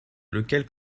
lequel